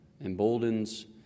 emboldens